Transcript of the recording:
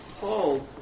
Paul